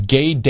gay